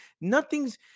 nothing's